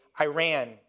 Iran